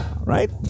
right